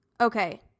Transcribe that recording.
okay